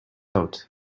out